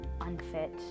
unfit